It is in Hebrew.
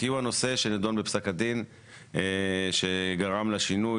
הוא הנושא שנדון בפסק הדין שגרם לשינוי,